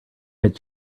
its